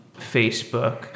Facebook